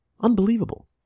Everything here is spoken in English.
Unbelievable